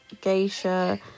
geisha